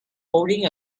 holding